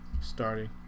starting